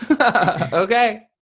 Okay